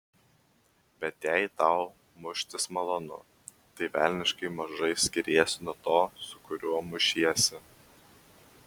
bet jei tau muštis malonu tai velniškai mažai skiriesi nuo to su kuriuo mušiesi